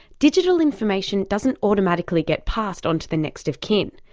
digital information doesn't automatically get passed onto the next of kin.